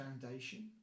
Foundation